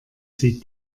sie